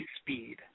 speed